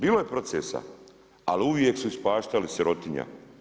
Bilo je procesa, ali uvijek su ispaštali sirotinja.